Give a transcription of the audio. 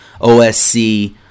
OSC